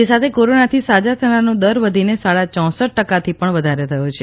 તે સાથે કોરોનાથી સાજા થનારાનો દર વધીને સાડા ચોસઠ ટકાથી પણ વધારે થયો છે